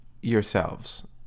yourselves